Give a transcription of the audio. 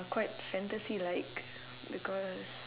quite fantasy like because